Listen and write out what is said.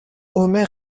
omer